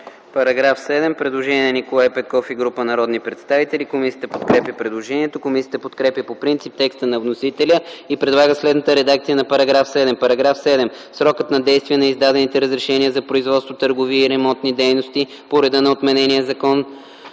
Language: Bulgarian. Параграф 7 – предложение на Николай Петков и група народни представители. Комисията подкрепя предложението. Комисията подкрепя по принцип текста на вносителя и предлага следната редакция на § 7: „§ 7. Срокът на действие на издадените разрешения за производство, търговия и ремонтни дейности по реда на отменения Закон